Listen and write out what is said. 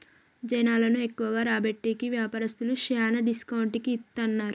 జనాలను ఎక్కువగా రాబట్టేకి వ్యాపారస్తులు శ్యానా డిస్కౌంట్ కి ఇత్తన్నారు